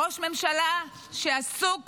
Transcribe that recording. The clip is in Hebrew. ראש ממשלה שעסוק